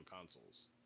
consoles